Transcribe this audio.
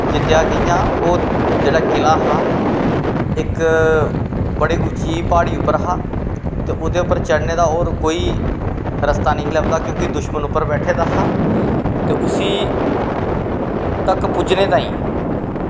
जित्तेआ कियां ओह् जेह्ड़ा किला हा इक बड़ी उच्ची प्हाड़ी पर हा ते ओह्दे उप्पर चढ़ने दा होर कोई रस्ता नेंई हा लब्भदा क्योंकि दुशमन उप्पर बैट्ठे दा हा ते उत्थें तक पुज्जनें तांई